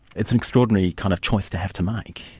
it's an extraordinary kind of choice to have to make.